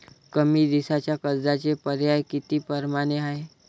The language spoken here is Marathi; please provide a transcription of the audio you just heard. कमी दिसाच्या कर्जाचे पर्याय किती परमाने हाय?